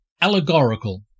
Allegorical